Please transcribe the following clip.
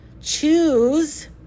choose